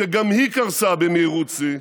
שגם היא קרסה במהירות שיא,